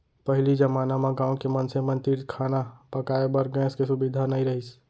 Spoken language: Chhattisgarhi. पहिली जमाना म गॉँव के मनसे मन तीर खाना पकाए बर गैस के सुभीता नइ रहिस